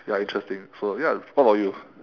ya interesting so ya what about you